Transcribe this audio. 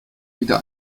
wieder